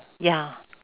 ya